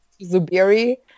zubiri